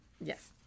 Yes